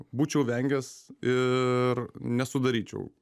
būčiau vengęs ir nesudaryčiau